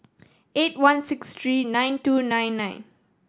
eight one six three nine two nine nine